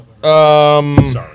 Sorry